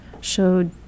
showed